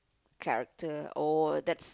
character or that's